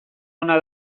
ona